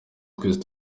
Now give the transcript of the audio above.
twese